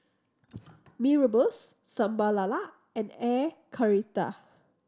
Mee Rebus Sambal Lala and Air Karthira